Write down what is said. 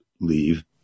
leave